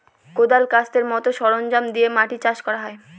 কোঁদাল, কাস্তের মতো সরঞ্জাম দিয়ে মাটি চাষ করা হয়